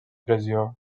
pressió